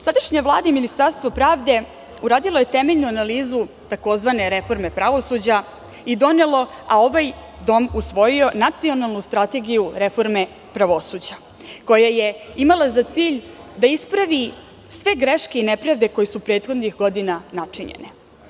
Sadašnja Vlada i Ministarstvo pravde uradilo je temeljnu analizu tzv. reforme pravosuđa i donelo, a ovaj dom usvojio Nacionalnu strategiju reforme pravosuđa, koja je imala za cilj da ispravi sve greške i nepravde koje su prethodnih godina načinjene.